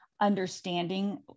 understanding